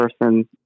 person